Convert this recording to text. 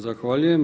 Zahvaljujem.